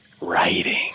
writing